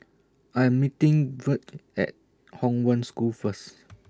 I Am meeting Virge At Hong Wen School First